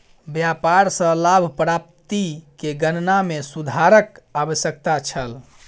व्यापार सॅ लाभ प्राप्ति के गणना में सुधारक आवश्यकता छल